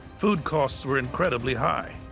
food costs were incredibly high.